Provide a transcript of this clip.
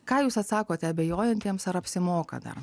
ką jūs atsakote abejojantiems ar apsimoka dar